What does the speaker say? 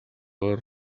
les